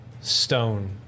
stone